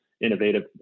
innovative